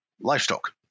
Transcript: livestock